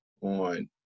on